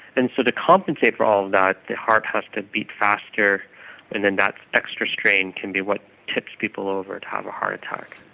and so to compensate for all of that, the heart has to beat faster and then that extra strain can be what tips people over to have a heart attack.